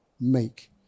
make